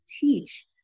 teach